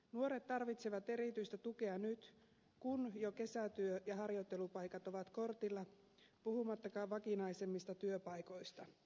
nuoret tarvitsevat erityistä tukea nyt kun jo kesätyö ja harjoittelupaikat ovat kortilla puhumattakaan vakinaisemmista työpaikoista